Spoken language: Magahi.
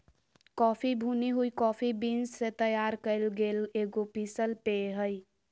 कॉफ़ी भुनी हुई कॉफ़ी बीन्स से तैयार कइल गेल एगो पीसल पेय हइ